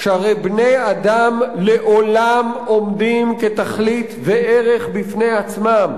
שהרי בני-אדם לעולם עומדים כתכלית וערך בפני עצמם".